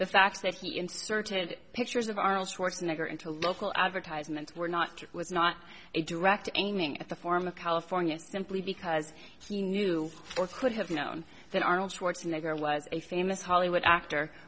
the fact that he inserted pictures of arnold schwarzenegger into local advertisements were not true was not a direct aiming at the form of california simply because he knew or could have known that arnold schwarzenegger was a famous hollywood actor